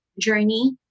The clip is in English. journey